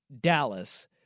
Dallas